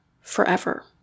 forever